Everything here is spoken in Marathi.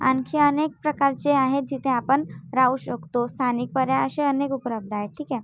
आणखी अनेक प्रकारचे आहेत जिथे आपण राहू शकतो स्थानिक पर्याय असे अनेक उपलब्ध आहेत ठीक आहे